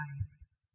lives